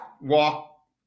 walk